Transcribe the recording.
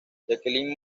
jacqueline